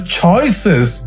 choices